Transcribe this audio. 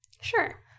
Sure